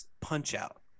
Punch-Out